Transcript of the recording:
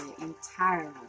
entirely